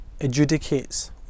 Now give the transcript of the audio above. adjudicates